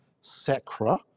sacra